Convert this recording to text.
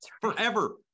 forever